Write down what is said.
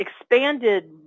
expanded